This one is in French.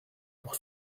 pour